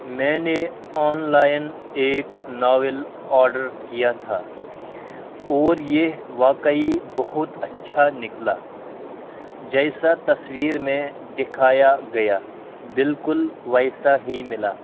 میں نے online ایک ناول آڈر کیا تھا اور یہ واقعی بہت اچھا نکلا جیسا تصویر میں دکھایا گیا بالکل ویسا ہی ملا